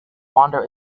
wander